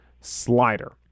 slider